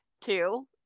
two